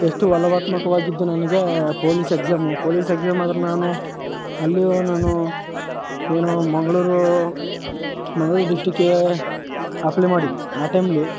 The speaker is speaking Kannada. ಎಷ್ಟು ಒಲವಾತ್ಮಕವಾಗಿದ್ದು ನನಗೆ ಪೋಲಿಸ್ ಎಕ್ಸಾಮು ಪೋಲಿಸ್ ಎಕ್ಸಾಮ್ ಆದರು ನಾನು ಅಲ್ಲಿಯೂ ನಾನೂ ಏನೂ ಮಂಗಳೂರು ಮಂಗಳೂರು ಡಿಸ್ಟ್ರಿಕ್ಕಿಗೆ ಅಪ್ಲೈ ಮಾಡಿದ್ದೆ ಆ ಟೈಮ್ಲಿ